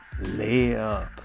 layup